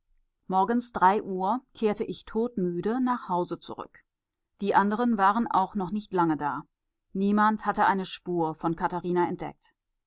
morgens drei uhr kehrte ich todmüde nach hause zurück die anderen waren auch noch nicht lange da niemand hatte eine spur von katharina entdeckt